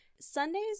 Sundays